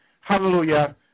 hallelujah